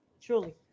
Truly